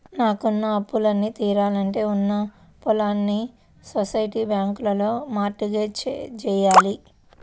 నాకున్న అప్పులన్నీ తీరాలంటే ఉన్న పొలాల్ని సొసైటీ బ్యాంకులో మార్ట్ గేజ్ జెయ్యాల